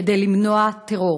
כדי למנוע טרור.